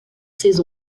ses